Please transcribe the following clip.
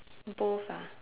both ah